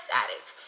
addict